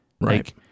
Right